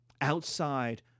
outside